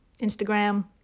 Instagram